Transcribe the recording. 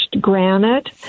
granite